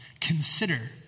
consider